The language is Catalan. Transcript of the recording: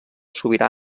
sobirà